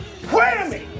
WHAMMY